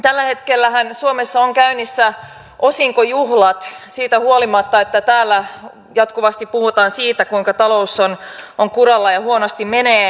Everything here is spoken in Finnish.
tällä hetkellähän suomessa on käynnissä osinkojuhlat siitä huolimatta että täällä jatkuvasti puhutaan siitä kuinka talous on kuralla ja huonosti menee